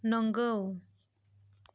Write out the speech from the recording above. नंगौ